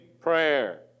prayer